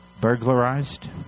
Burglarized